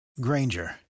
Granger